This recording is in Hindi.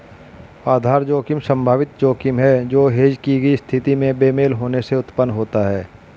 आधार जोखिम संभावित जोखिम है जो हेज की गई स्थिति में बेमेल होने से उत्पन्न होता है